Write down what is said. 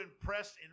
impressed